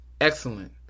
Excellent